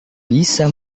bisa